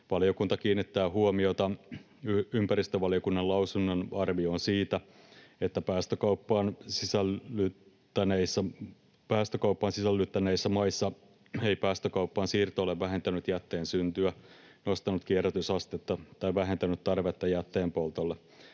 Valiokunta kiinnittää huomiota ympäristövaliokunnan lausunnon arvioon siitä, että ne päästökauppaan sisällyttäneissä maissa ei päästökauppaan siirto ole vähentänyt jätteen syntyä, nostanut kierrätysastetta tai vähentänyt tarvetta jätteenpoltolle.